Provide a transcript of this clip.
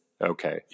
Okay